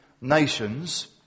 nations